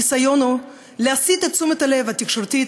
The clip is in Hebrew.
הניסיון הוא להסיט את תשומת הלב התקשורתית,